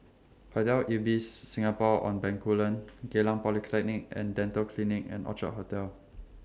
Hotel Ibis Singapore on Bencoolen Geylang Polyclinic and Dental Clinic and Orchard Hotel